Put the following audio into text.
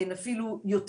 הן אפילו יותר